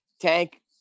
Tank